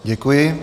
Děkuji.